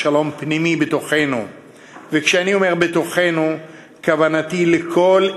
ומעומק לבי,